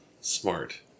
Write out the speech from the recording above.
smart